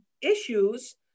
issues